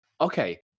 Okay